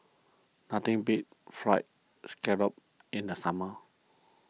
nothing beats Fried Scallop in the summer